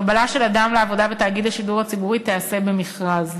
קבלה של אדם לעבודה בתאגיד השידור הציבורי תיעשה במכרז.